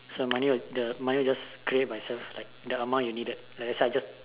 so money would the money would just create by itself like the amount you needed like the side just